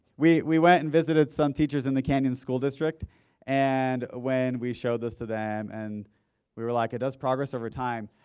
we we went and visited some teachers in the canyon school district and ah when we showed this to them and we were like it does progress over time,